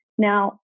Now